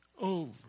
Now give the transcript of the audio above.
over